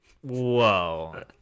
Whoa